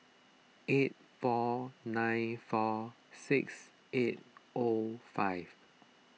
eight four nine four six eight five